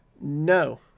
no